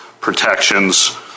protections